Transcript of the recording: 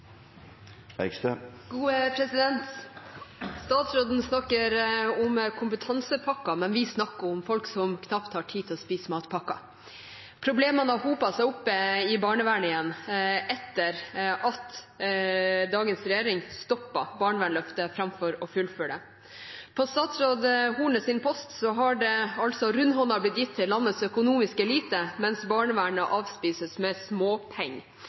Statsråden snakker om kompetansepakken, men vi snakker om folk som knapt har tid til å spise matpakken. Problemene har igjen hopet seg opp i barnevernet etter at dagens regjering stoppet Barnevernsløftet framfor å fullføre det. På statsråd Hornes post har det rundhåndet blitt gitt til landets økonomiske elite, mens barnevernet avspises med småpenger.